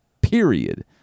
period